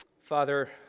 Father